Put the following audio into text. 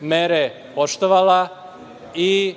mere poštovala i